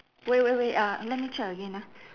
wait wait wait uh let me check again ah